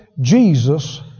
Jesus